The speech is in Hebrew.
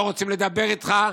לא רוצים לדבר איתך.